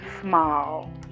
small